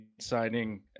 signing